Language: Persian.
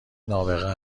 نابغه